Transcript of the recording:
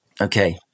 Okay